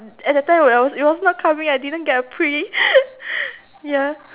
at that time when I was it was coming I didn't get a pre ya